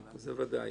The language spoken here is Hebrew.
אנחנו